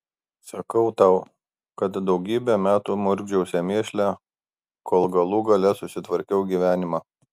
sakau tau kad daugybę metų murkdžiausi mėšle kol galų gale susitvarkiau gyvenimą